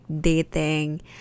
dating